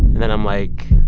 then i'm like,